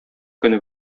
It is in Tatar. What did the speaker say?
көне